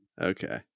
Okay